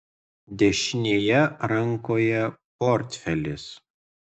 dešinėje rankoje portfelis